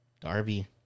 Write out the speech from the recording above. Darby